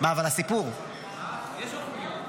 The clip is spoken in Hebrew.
יש עוד חוקים.